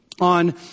on